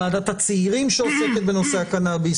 ועדת הצעירים שעוסקת בנושא הקנאביס,